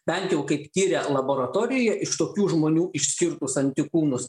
bent jau kaip tiria laboratorijoj iš tokių žmonių išskirtus antikūnus